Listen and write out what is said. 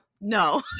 no